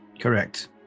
Correct